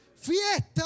Fiesta